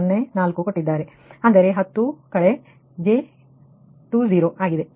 ಅಂದರೆ 10−j 20 ಆಗಿದೆ